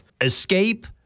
escape